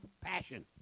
passion